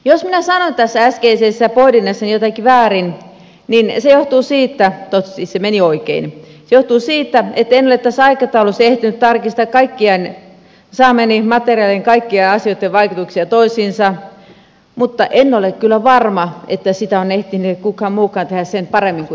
jos minä sanoin tässä äskeisessä pohdinnassani jotakin väärin niin se johtuu siitä toivottavasti se meni oikein että en ole tässä aikataulussa ehtinyt tarkistaa saamani materiaalin kaikkien asioitten vaikutuksia toisiinsa mutta en ole kyllä varma että sitä on ehtinyt kukaan muukaan tehdä sen paremmin kuin minä